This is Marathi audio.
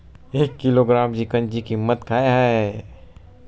एक किलोग्रॅम चिकनची किंमत काय आहे?